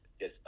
Yes